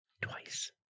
Twice